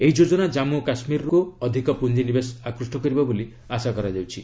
ଏହି ଯୋଜନା ଜାନ୍ମୁ ଓ କାଶ୍ମୀରକୁ ଅଧିକ ପୁଞ୍ଜି ନିବେଶ ଆକୃଷ୍ଟ କରିବ ବୋଲି ଆଶା କରାଯାଉଛି